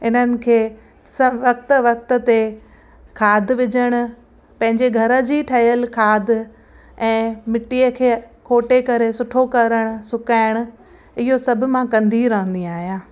इन्हनि खे सभु वक़्तु वक़्त ते खाद विझणु पंहिंजे घर जी ठहियलु खाद ऐं मिटीअ खे खोटे करे सुठो करणु सुकाइण इहो सभु मां कंदी रहंदी आहियां